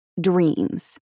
DREAMS